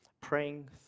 praying